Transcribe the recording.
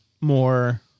more